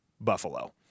Buffalo